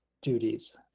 duties